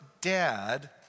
dad